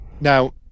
Now